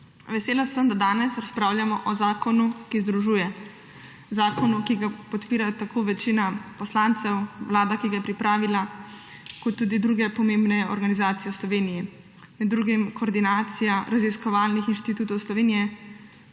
Vesela sem, da danes razpravljamo o zakonu, ki združuje, zakonu, ki ga podpirajo tako večina poslancev, Vlada, ki ga je pripravila, kot tudi druge pomembne organizacije v Sloveniji, med drugim Koordinacija raziskovalnih inštitutov Slovenije,